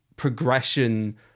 progression